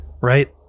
right